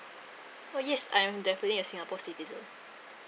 oh yes I'm definitely a singapore citizen